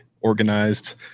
organized